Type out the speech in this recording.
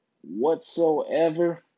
whatsoever